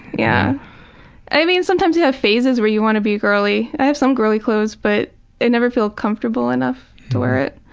yeah i mean sometimes you have phases where you want to be girly. i have some girly clothes, but i never feel comfortable enough to wear it.